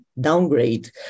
downgrade